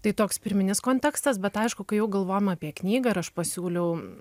tai toks pirminis kontekstas bet aišku kai jau galvojama apie knygą ir aš pasiūliau